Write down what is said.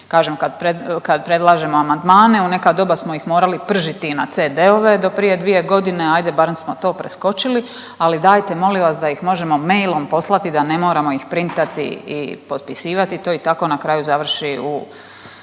Kažem kad predlažemo amandmane u neka doba smo ih morali pržiti i na CD-ove do prije dvije godine, ajde barem smo to preskočili, ali dajte molim vas da ih možemo mailom poslati da ne moramo ih printati i potpisivati. To i tako na kraju završi u,